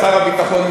שר הביטחון,